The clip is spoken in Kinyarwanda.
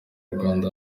rwanda